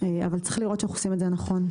אבל צריך לראות שאנחנו עושים את זה נכון.